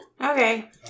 Okay